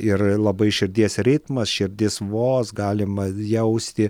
ir labai širdies ritmas širdis vos galima jausti